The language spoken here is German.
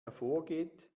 hervorgeht